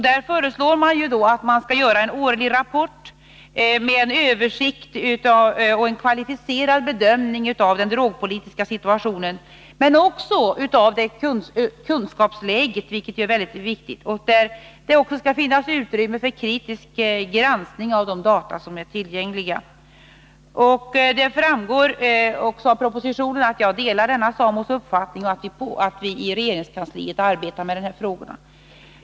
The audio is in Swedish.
Där föreslås att man skall göra en årlig rapport med en översikt och en kvalificerad bedömning av den drogpolitiska situationen men också av kunskapsläget, vilket är mycket viktigt. Det skall också finnas utrymme för kritisk granskning av de data som är tillgängliga. Det framgår av propositionen att jag delar SAMO:s uppfattning och att vi i regeringskansliet arbetar med dessa frågor.